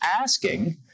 asking